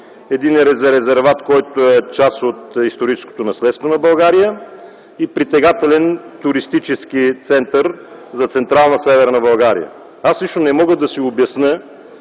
един резерват, който е част от историческото наследство на България и притегателен туристически център за Централна Северна България. Аз лично не мога да си обясня